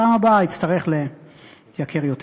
בפעם הבאה יצטרך לייקר יותר.